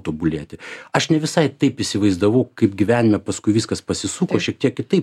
tobulėti aš ne visai taip įsivaizdavau kaip gyvenime paskui viskas pasisuko šiek tiek kitaip